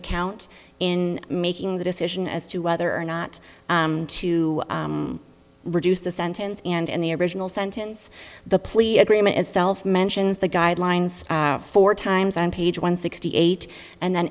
account in making the decision as to whether or not to reduce the sentence and in the original sentence the plea agreement itself mentions the guidelines four times on page one sixty eight and then